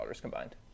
combined